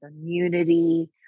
immunity